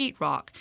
sheetrock